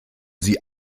sie